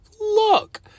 Look